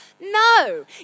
No